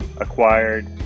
acquired